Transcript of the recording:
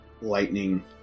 Lightning